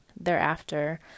Thereafter